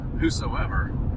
Whosoever